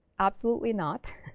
absolutely not.